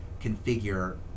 configure